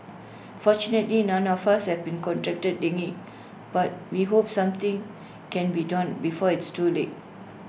fortunately none of us have contracted but we hope something can be done before it's too late